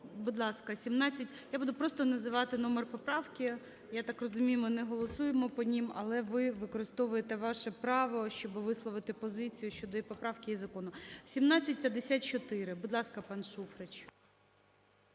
Будь ласка, 17... Я буду просто називати номер поправки, я так розумію, ми не голосуємо по ним, але ви використовуєте ваше право, щоб висловити позицію щодо і поправки, і закону. 1754. Будь ласка, пан Шуфрич.